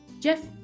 Jeff